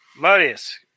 Marius